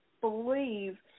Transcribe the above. believe